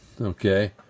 Okay